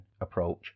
approach